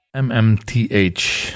M-M-T-H